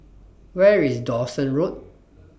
Where IS Dawson Road